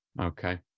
Okay